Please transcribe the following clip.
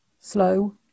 slow